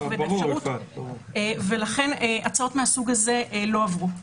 והאפשרות - לכן הצעות מהסוג הזה לא עברו.